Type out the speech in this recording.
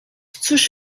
cóż